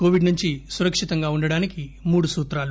Covid నుంచి సురక్షితంగా ఉండటానికి మూడు సూత్రాలు